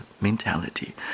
mentality